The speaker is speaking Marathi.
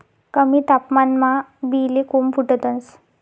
कमी तापमानमा बी ले कोम फुटतंस